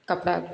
कपड़ा